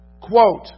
Quote